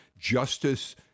justice—